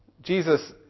Jesus